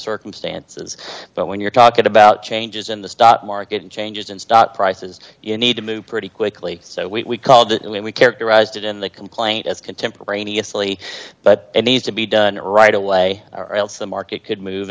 circumstances but when you're talking about changes in the stock market and changes in stock prices you need to move pretty quickly so we called it when we characterized it in the complaint as contemporaneously but it needs to be done right away or else the market could move